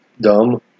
Dumb